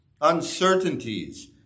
uncertainties